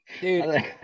Dude